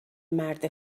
مرد